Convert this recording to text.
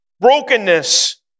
Brokenness